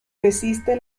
resiste